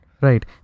Right